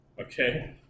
Okay